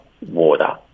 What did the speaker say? water